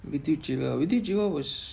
was